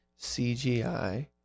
CGI